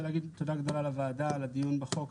להגיד תודה גדולה לוועדה על הדיון בחוק.